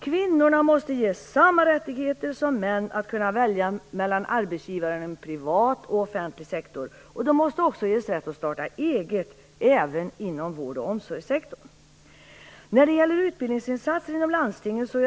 Kvinnorna måste ges samma rättigheter som män när det gäller att välja arbetsgivare inom privat och offentlig sektor, och de måste också ges rätt att starta eget inom vård och omsorgssektorn. Jag är mycket väl underkunnig om utbildningsinsatserna inom landstingen.